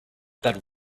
that